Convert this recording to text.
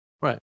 right